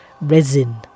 Resin